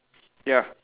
ya